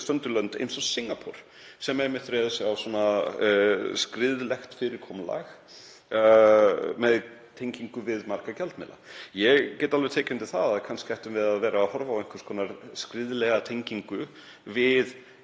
stöndug lönd eins og Singapúr sem reiða sig einmitt á svona skriðlegt fyrirkomulag með tengingu við marga gjaldmiðla. Ég get alveg tekið undir það að kannski ættum við að vera að horfa á einhvers konar skriðlega tengingu við